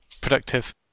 productive